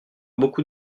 beaucoup